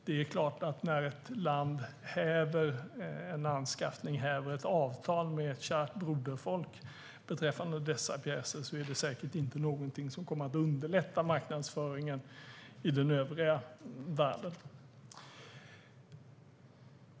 Det är klart att när ett land häver ett avtal om pjäser med ett kärt broderfolk är det säkert inte någonting som kommer att underlätta marknadsföringen i den övriga världen.